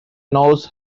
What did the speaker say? nose